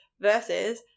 versus